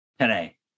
today